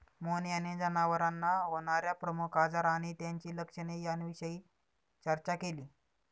मोहन यांनी जनावरांना होणार्या प्रमुख आजार आणि त्यांची लक्षणे याविषयी चर्चा केली